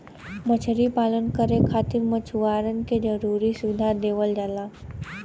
मछरी पालन करे खातिर मछुआरन के जरुरी सुविधा देवल जाला